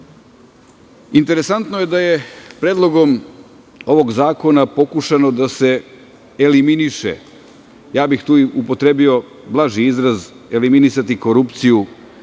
struka. Interesantno je da je Predlogom ovog zakona pokušano da se eliminiše, tu bih upotrebio blaži izraz, eliminisati korupciju,